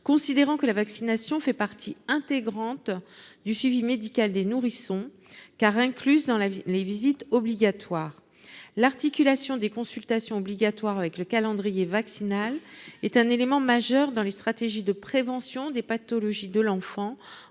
considérant que la vaccination fait partie intégrante du suivi médical des nourrissons car incluse dans la ville, les visites obligatoires l'articulation des consultations obligatoires avec le calendrier vaccinal est un élément majeur dans les stratégies de prévention des pathologies de l'enfant